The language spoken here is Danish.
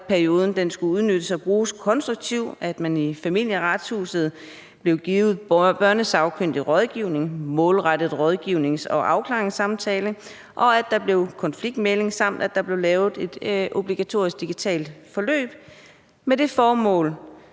at perioden skulle udnyttes og bruges konstruktivt: at man i Familieretshuset blev givet børnesagkyndig rådgivning målrettet rådgivnings- og afklaringssamtale, at der blev konfliktmægling, samt at der blev lavet et obligatorisk digitalt forløb med det formål